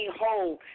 whole